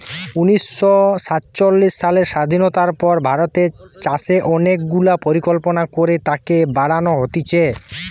উনিশ শ সাতচল্লিশ সালের স্বাধীনতার পর ভারতের চাষে অনেক গুলা পরিকল্পনা করে তাকে বাড়ান হতিছে